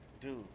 dude